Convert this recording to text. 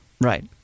Right